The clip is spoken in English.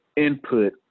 Input